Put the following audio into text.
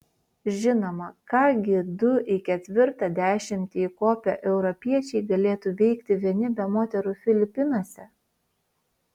žinoma ką gi du į ketvirtą dešimtį įkopę europiečiai galėtų veikti vieni be moterų filipinuose